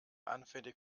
anfällig